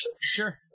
Sure